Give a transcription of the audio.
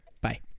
Bye